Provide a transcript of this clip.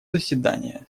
заседание